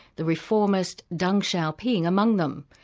the reformist deng xiaoping among them.